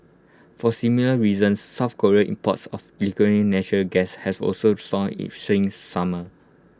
for similar reasons south Korea imports of natural gas has also soared since summer